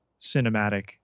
cinematic